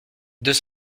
deux